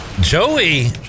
Joey